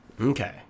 Okay